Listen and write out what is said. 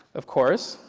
of course,